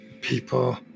people